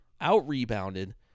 out-rebounded